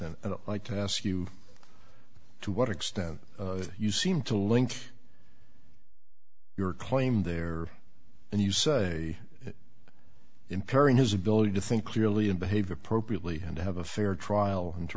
and like to ask you to what extent you seem to link your claim there and you say it impairing his ability to think clearly and behave appropriately and to have a fair trial and to